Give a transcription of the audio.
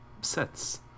sets